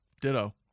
Ditto